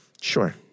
Sure